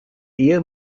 ehe